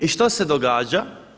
I što se događa?